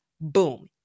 Boom